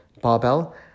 barbell